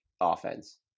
offense